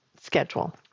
schedule